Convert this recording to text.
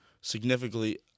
significantly